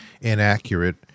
inaccurate